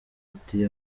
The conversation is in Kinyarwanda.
ati